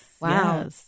Wow